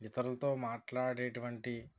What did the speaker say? ఇతరులతో మాట్లాడే అటువంటి